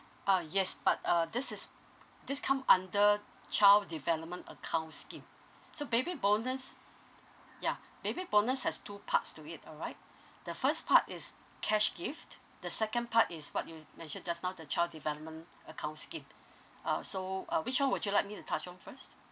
ah yes but uh this is this come under child development account scheme so baby bonus ya baby bonus has two parts to it alright the first part is cash gift the second part is what you mentioned just now the child development account scheme uh so uh which one would you like me to touch on first